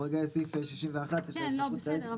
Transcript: עוד מעט נגיע לסעיף 61. בסדר,